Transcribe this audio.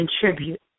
contribute